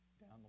down